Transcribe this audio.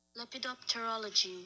Lepidopterology